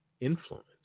influence